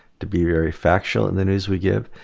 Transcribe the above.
to be very factual in the news we give,